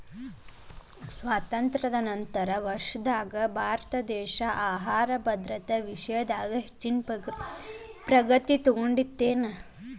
ಸ್ವಾತಂತ್ರ್ಯ ನಂತರದ ವರ್ಷದಾಗ ಭಾರತದೇಶ ಆಹಾರ ಭದ್ರತಾ ವಿಷಯದಾಗ ಹೆಚ್ಚಿನ ಪ್ರಗತಿ ಸಾಧಿಸೇತಿ